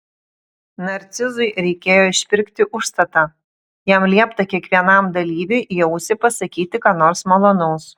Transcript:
narcizui reikėjo išpirkti užstatą jam liepta kiekvienam dalyviui į ausį pasakyti ką nors malonaus